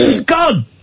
God